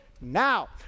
now